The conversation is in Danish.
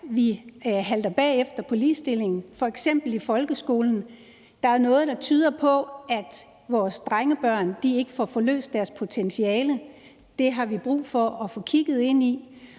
vi halter bagefter i forhold til ligestillingen, f.eks. i folkeskolen. Der er noget, der tyder på, at vores drengebørn ikke får forløst deres potentiale. Det har vi brug for at få kigget ind i,